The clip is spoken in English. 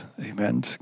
Amen